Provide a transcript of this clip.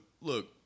look